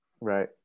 Right